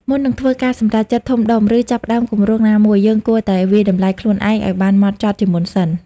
មុននឹងធ្វើការសម្រេចចិត្តធំដុំ ឬចាប់ផ្តើមគម្រោងណាមួយ យើងគួរតែវាយតម្លៃខ្លួនឯងឲ្យបានហ្មត់ចត់ជាមុនសិន។